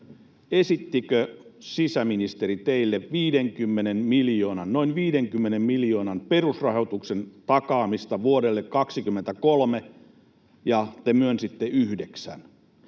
esittikö sisäministeri teille 50 miljoonan, noin 50 miljoonan perusrahoituksen takaamista vuodelle 23, ja te myönsitte yhdeksän?